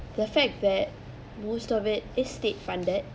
the fact that most of it is state funded